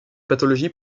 pathologie